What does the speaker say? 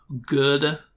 good